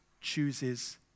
chooses